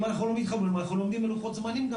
אם אנחנו לא מתחברים אנחנו לא עומדים בלוחות זמנים גם